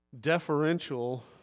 deferential